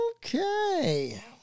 Okay